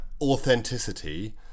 authenticity